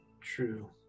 True